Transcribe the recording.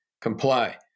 comply